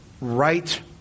right